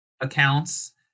accounts